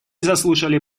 заслушали